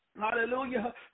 Hallelujah